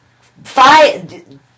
Five